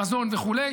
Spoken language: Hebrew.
מזון וכו'.